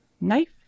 knife